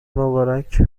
مبارک